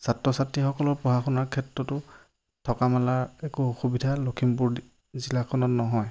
ছাত্ৰ ছাত্ৰীসকলৰ পঢ়া শুনাৰ ক্ষেত্ৰতো থকা মেলাৰ একো অসুবিধা লখিমপুৰ জিলাখনত নহয়